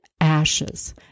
ashes